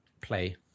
play